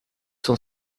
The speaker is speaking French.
son